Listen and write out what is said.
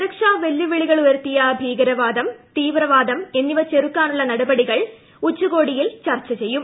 സുരക്ഷാ വെല്ലുവിളികളുയർത്തിയ ഭീകരവാദം തീവ്രവാദം എന്നിവ ചെറുക്കാനുള്ള നടപടികൾ ഉച്ചകോടിയിൽ ചർച്ച ചെയ്യും